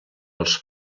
els